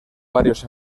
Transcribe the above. varios